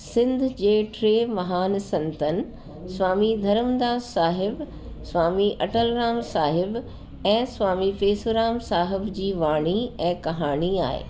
सिंध जे ट्टे महान संतन स्वामी धरमदास साहिबु स्वामी अटलराम साहिबु ऐं स्वामी पेसुराम साहिबु जी वाणी ऐं कहाणी आहे